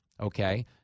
Okay